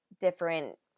different